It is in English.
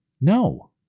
No